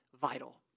vital